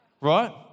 right